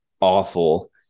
awful